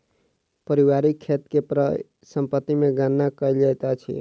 पारिवारिक खेत के परिसम्पत्ति मे गणना कयल जाइत अछि